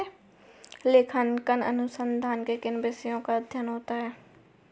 लेखांकन अनुसंधान में किन विषयों का अध्ययन होता है?